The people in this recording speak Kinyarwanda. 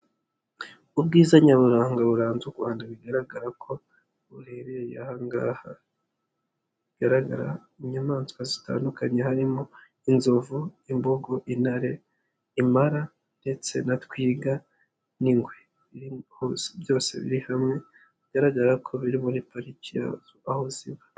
Ubwiza nyaburanga buranze u Rwanda bigaragara ko buherereye aha ngaha. hagaragara inyamaswa zitandukanye harimo inzovu, imbogo, intare, impala ndetse na twiga n'ingwe biri hose byose biri hamwe, bigaragara ko biri muri pariki yazo, aho ziba.